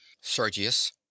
sergius